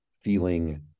feeling